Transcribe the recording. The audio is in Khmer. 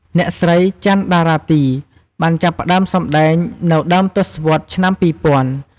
អ្នកស្រី ចាន់ តារាទី បានចាប់ផ្តើមសម្តែងនៅដើមទសវត្សរ៍ឆ្នាំ ២០០០។